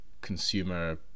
consumer